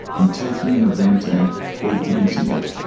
in taking an event and augmenting it.